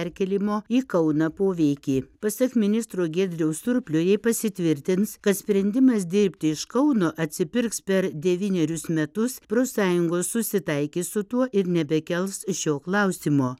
perkėlimo į kauną poveikį pasak ministro giedriaus surplio jei pasitvirtins kad sprendimas dirbti iš kauno atsipirks per devynerius metus profsąjungos susitaikys su tuo ir nebekels šio klausimo